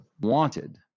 wanted